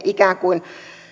ikään kuin